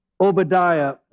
Obadiah